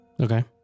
okay